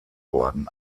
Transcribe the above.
worden